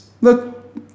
Look